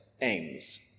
aims